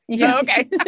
Okay